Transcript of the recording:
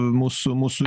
mūsų mūsų